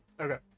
okay